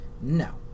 No